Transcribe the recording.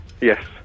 Yes